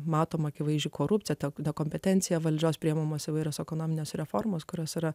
matome akivaizdžią korupciją tą kompetenciją valdžios priimamos įvairios ekonominės reformos kurios yra